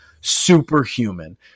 Superhuman